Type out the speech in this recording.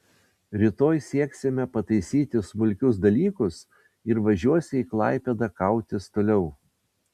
rytoj sieksime pataisyti smulkius dalykus ir važiuosi į klaipėdą kautis toliau